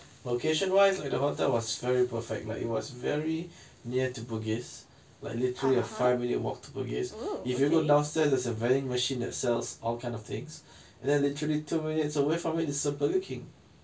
location wise and the hotel was very perfect like it was very near to bugis like literally a five minute walk to bugis if you look downstairs there's a vending machine that sells all kind of things and then literally two minutes away from it is a burger king